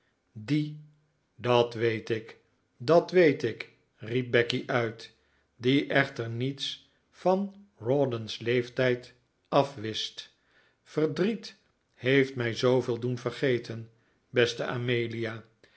die dat weet ik dat weet ik riep becky uit die echter niets van rawdon's leeftijd afwist verdriet heeft mij zooveel doen vergeten beste amelia